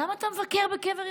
למה אתה מבקר בקבר יוסף?